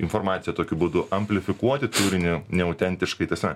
informaciją tokiu būdu amplifikuoti turinį neautentiškai tasme